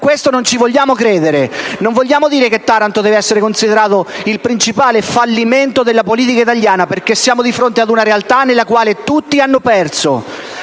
questo non vogliamo credere! Noi vogliamo dire che Taranto deve essere considerata il principale fallimento della politica italiana, perché siamo di fronte ad una realtà nella quale tutti hanno perso: